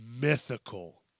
mythical